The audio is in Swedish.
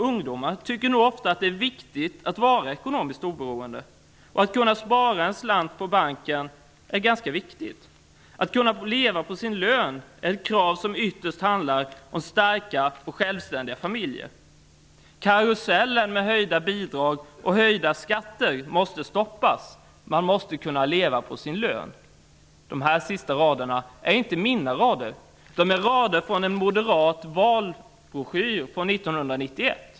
Ungdomar tycker nog ofta att det är viktigt att vara ekonomiskt oberoende och kunna spara en slant på banken. Att kunna leva på sin lön är krav som ytterst handlar om starka och självständiga familjer. Karusellen med höjda bidrag och höjda skatter måste stoppas. Man måste kunna leva på sin lön. De här sista raderna är inte mina rader. De är tagna från en moderat valbroschyr från 1991.